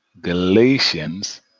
Galatians